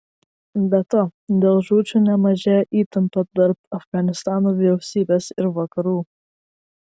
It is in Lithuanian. be to dėl žūčių nemažėja įtampa tarp afganistano vyriausybės ir vakarų